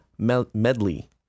Medley